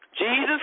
Jesus